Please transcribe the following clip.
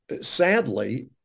sadly